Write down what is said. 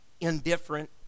indifferent